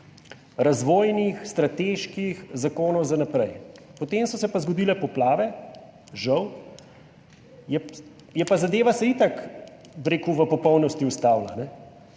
razvojnih strateških zakonov za naprej, potem so se pa žal zgodile poplave in se je zadeva itak v popolnosti ustavila.